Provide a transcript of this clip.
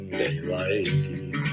daylight